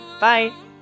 bye